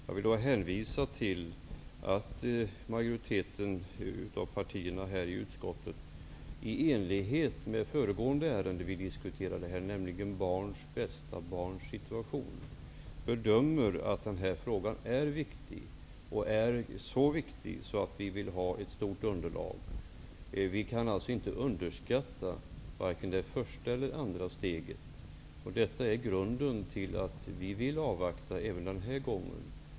Jag vill hänvisa till att majoriteten av partierna i utskottet i likhet med i det föregående ärendet, som vi diskuterade tidigare, nämligen frågan om barns bästa och barns situation, bedömer att denna fråga är viktig. Den är så viktig att vi vill ha ett omfattande underlag. Vi kan inte underskatta vare sig det första eller det andra steget. Detta är grunden till att vi även denna gång vill avvakta.